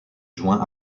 juin